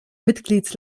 mitglieds